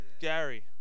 Gary